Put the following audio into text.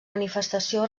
manifestació